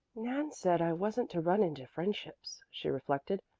nan said i wasn't to run into friendships, she reflected.